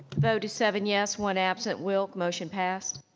vote is seven yes, one absent, wilk, motion passed.